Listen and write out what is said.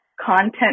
content